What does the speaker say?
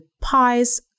pies